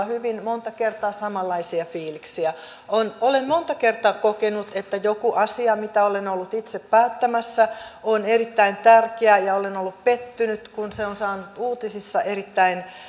hyvin monta kertaa samanlaisia fiiliksiä olen monta kertaa kokenut että joku asia mitä olen ollut itse päättämässä on erittäin tärkeä ja olen ollut pettynyt kun se on saanut uutisissa erittäin